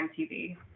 TV